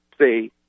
say